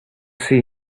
see